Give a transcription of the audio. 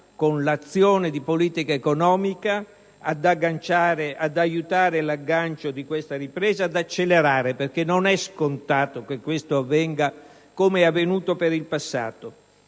con l'azione di politica economica ad aiutare l'aggancio di questa ripresa e ad accelerare, perché non è scontato che questo avvenga com'è avvenuto per il passato;